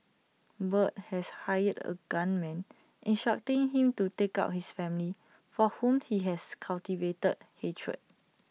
Bart had hired A gunman instructing him to take out his family for whom he had cultivated hatred